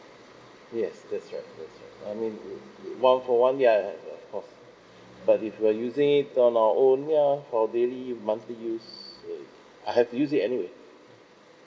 yes that's right that's right I would be !wow! for one year eh of course but if we're using it for my own ya for daily monthly use uh I have to use it anyway